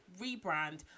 rebrand